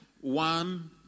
One